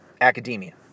academia